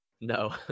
No